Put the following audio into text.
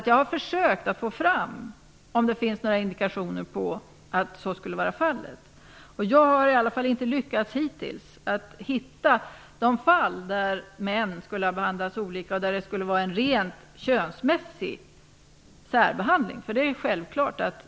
Jag har försökt att få fram om det finns några indikationer på att så skulle vara fallet. Jag har inte lyckats hittills att hitta fall där män skulle ha behandlats olika och det skulle vara en rent könsmässig särbehandling.